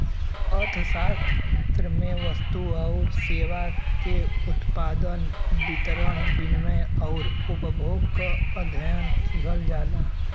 अर्थशास्त्र में वस्तु आउर सेवा के उत्पादन, वितरण, विनिमय आउर उपभोग क अध्ययन किहल जाला